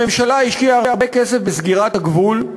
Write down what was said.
הממשלה השקיעה הרבה כסף בסגירת הגבול.